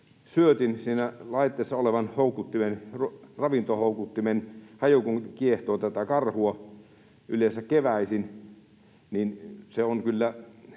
syötin, siinä laitteessa olevan ravintohoukuttimen, haju kiehtoo tätä karhua — yleensä keväisin — niin kyllä